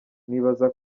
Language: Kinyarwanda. nibaza